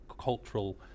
cultural